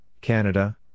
Canada